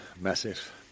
Massive